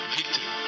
Victory